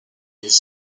his